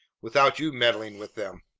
without you meddling with them.